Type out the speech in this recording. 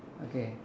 okay